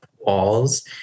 walls